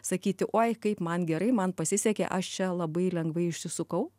sakyti oi kaip man gerai man pasisekė aš čia labai lengvai išsisukau